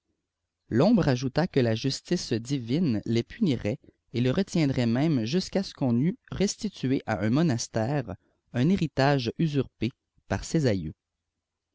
l'ombre ajouta que la justice divine les punirfût et les retiendrait même jusqu'à ce qu'on eût restitué à un monastère un héritage usurpé par ses aïeux